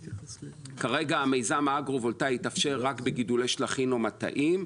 כרגע המיזם האגרו-וולטאי יתאפשר רק בגידולי שלחין או במטעים.